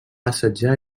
assetjar